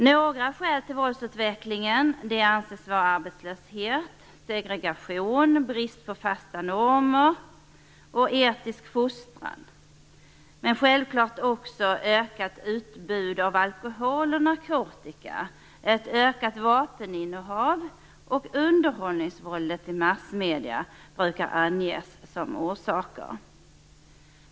Några skäl till våldsutvecklingen anses vara arbetslöshet, segregation och brist på fasta normer och etisk fostran, men självklart brukar också ökat utbud av alkohol och narkotika, ökat vapeninnehav och underhållningsvåldet i massmedierna anges som orsaker.